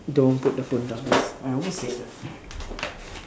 don't put the phone down I almost said that